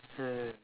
yes